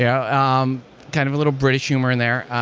yeah um kind of a little british humor in there,